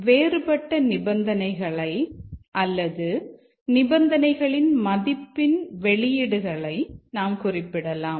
வேறுபட்ட நிபந்தனைகளை அல்லது நிபந்தனைகளின் மதிப்பின் வெளியீடுகளை நாம் குறிப்பிடலாம்